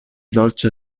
dolĉa